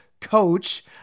coach